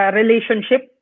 relationship